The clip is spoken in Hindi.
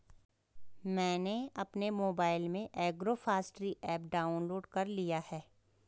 मैंने अपने मोबाइल में एग्रोफॉसट्री ऐप डाउनलोड कर लिया है